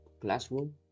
classroom